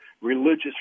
religious